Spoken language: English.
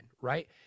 right